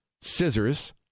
scissors